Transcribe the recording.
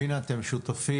הנה אתם שותפים.